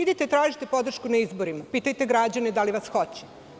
Idite tražite podršku na izborima, pitajte građane da li vas hoće?